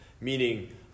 Meaning